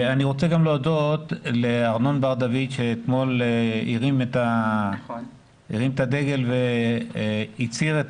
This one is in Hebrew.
אני רוצה גם להודות לארנון בר דוד שאתמול הרים את הדגל והצהיר את